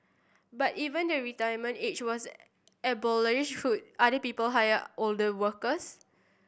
but even the retirement age was abolished other people hire older workers